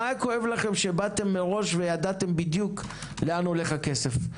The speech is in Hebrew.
מה היה כואב לכם שבאתם מראש וידעתם בדיוק לאן הולך הכסף?